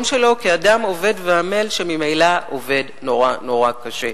שלו כאדם עובד ועמל שממילא עובד נורא קשה.